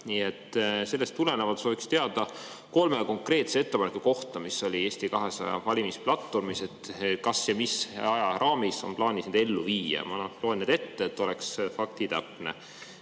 Sellest tulenevalt sooviks teada kolme konkreetse ettepaneku kohta, mis olid Eesti 200 valimisplatvormis, et kas ja mis ajaraamis on plaanis need ellu viia. Ma loen need ette, et oleks faktitäpne.